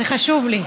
זה חשוב לי.